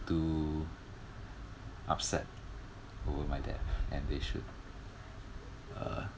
too upset over my death and they should uh